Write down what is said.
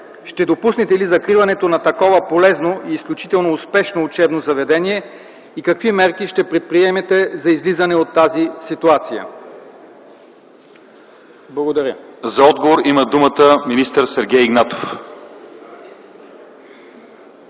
ще допуснете ли закриването на такова полезно и изключително успешно учебно заведение? Какви мерки ще предприемете за излизане от тази ситуация? Благодаря. ПРЕДСЕДАТЕЛ ЛЪЧЕЗАР ИВАНОВ: За отговор има думата министър Сергей Игнатов.